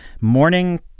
morning